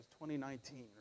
2019